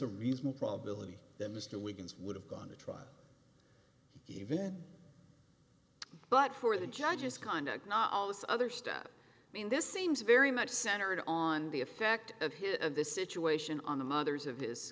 a reasonable probability that mr wiggins would have gone to trial even but for the judge's conduct not all this other stuff i mean this seems very much centered on the effect of his and the situation on the mothers of his